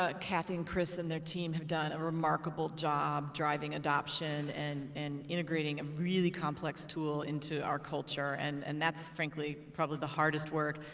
ah kathy and chris and their team have done a remarkable job driving adoption and and integrating a really complex tool into our culture. and and that's frankly probably the hardest work.